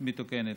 מתוקנת.